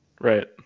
Right